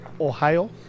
Ohio